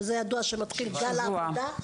שזה הזמן שבו מתחיל גל העבודה,